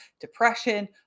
depression